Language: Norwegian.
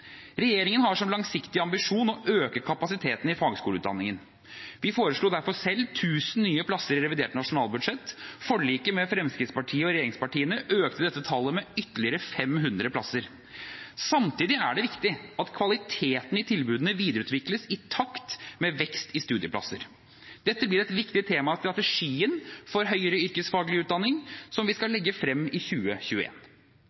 Regjeringen har som langsiktig ambisjon å øke kapasiteten i fagskoleutdanningen. Vi foreslo derfor selv 1 000 nye plasser i revidert nasjonalbudsjett. Forliket mellom Fremskrittspartiet og regjeringspartiene økte dette tallet med ytterligere 500 plasser. Samtidig er det viktig at kvaliteten i tilbudene videreutvikles i takt med veksten i studieplasser. Dette blir et viktig tema i strategien for høyere yrkesfaglig utdanning som vi skal